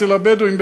אצל הבדואים,